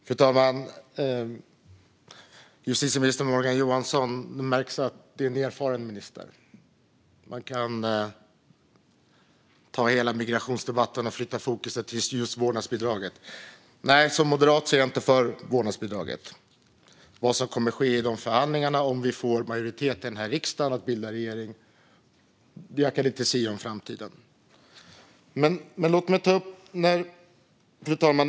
Fru talman! Det märks att Morgan Johansson är en erfaren minister. Man kan ta hela migrationsdebatten och flytta fokus till vårdnadsbidraget, men nej, som moderat är jag inte för vårdnadsbidraget. När det gäller vad som kommer att ske i förhandlingarna om vi får majoritet i riksdagen och kan bilda regering i framtiden kan jag inte sia om det. Fru talman!